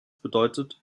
bedeutet